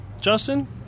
Justin